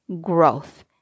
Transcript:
growth